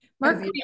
Mark